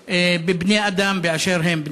בבני-אדם באשר הם.